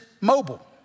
mobile